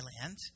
land